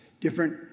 Different